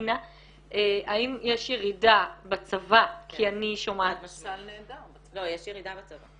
האם יש ירידה בצבא כי אני שומעת -- יש ירידה בצבא.